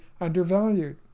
undervalued